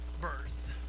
birth